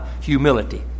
Humility